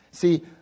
See